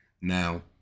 Now